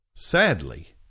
Sadly